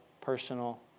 personal